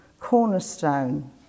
cornerstone